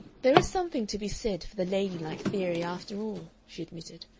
there is something to be said for the lady-like theory after all, she admitted.